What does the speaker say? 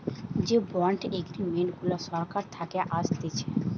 যে bond agreement গুলা সরকার থাকে আসতেছে